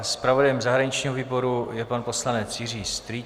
Zpravodajem zahraničního výboru je pan poslanec Jiří Strýček.